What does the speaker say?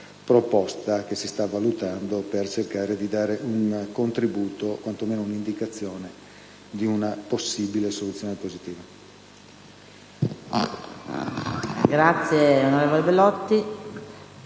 proposta che si sta valutando per cercare di dare un contributo o quantomeno un'indicazione di una possibile soluzione positiva.